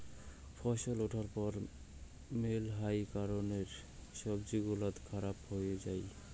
ফছল উঠার পর মেলহাই কারণে সবজি গুলা খারাপ হই যাই